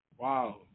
Wow